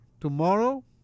tomorrow